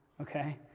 okay